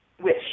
Wish